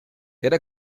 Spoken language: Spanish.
era